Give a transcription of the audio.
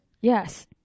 Yes